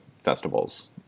festivals